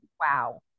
wow